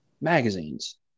magazines